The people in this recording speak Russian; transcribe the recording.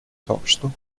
сообществу